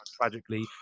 tragically